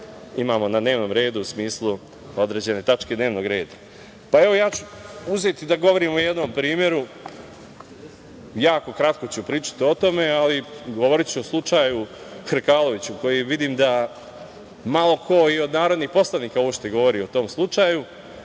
imamo na dnevnom redu u smislu određene tačke dnevnog reda. Uzeću da govorim o jednom primeru, jako kratko ću pričati o tome, ali govoriću o slučaju Hrkalović, koji vidim da malo ko uopšte i od poslanika govori o tom slučaju.